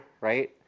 right